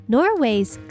Norway's